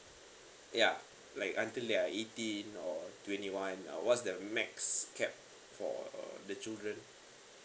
ya like I think they are eighteen or twenty one or what's the max cap for the children